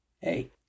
Hey